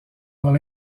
dans